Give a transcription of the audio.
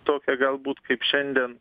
tokią galbūt kaip šiandien